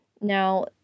Now